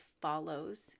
follows